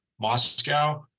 Moscow